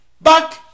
Back